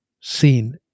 seen